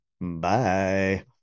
Bye